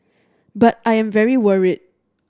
but I am very worried